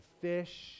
fish